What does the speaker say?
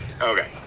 Okay